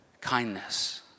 kindness